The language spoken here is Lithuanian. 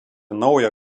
naują